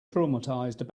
traumatized